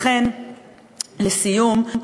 לכן, לסיום,